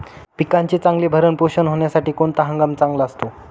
पिकाचे चांगले भरण पोषण होण्यासाठी कोणता हंगाम चांगला असतो?